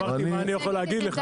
אמרתי את מה שאני יכול להגיד לך.